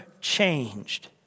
changed